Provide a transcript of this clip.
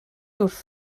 wrth